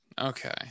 Okay